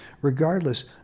Regardless